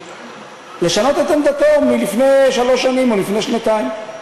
לשנות את עמדתו מלפני שלוש שנים או לפני שנתיים.